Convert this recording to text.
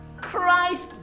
Christ